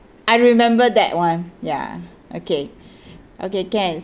I remember that [one] ya okay okay can